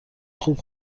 خوب